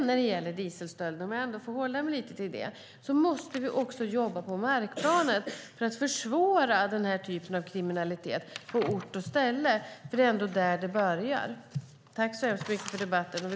När det gäller dieselstölder, om jag får hålla mig lite till det, måste vi också jobba på markplanet för att försvåra den här typen av kriminalitet på ort och ställe, för det är ändå där det börjar. Tack så mycket för debatten!